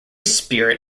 spirit